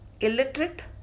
illiterate